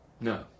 no